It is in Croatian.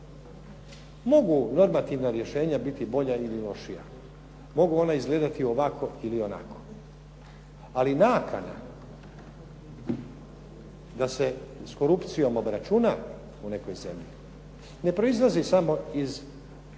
Mogu normativna rješenja biti bolja ili lošija, mogu ona izgledati ovako ili onako, ali nakana da se s korupcijom obračuna u nekoj zemlji ne proizlazi samo iz